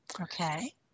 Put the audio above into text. Okay